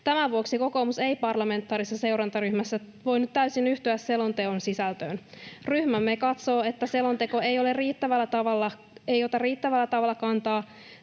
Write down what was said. Tämän vuoksi kokoomus ei parlamentaarisessa seurantaryhmässä voinut täysin yhtyä selonteon sisältöön. Ryhmämme katsoo, että selonteko ei ota riittävällä tavalla kantaa